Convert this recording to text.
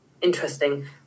interesting